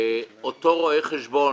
אותו רואה חשבון